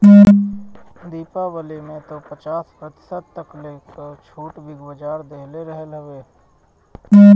दीपावली में तअ पचास प्रतिशत तकले कअ छुट बिग बाजार देहले रहल हवे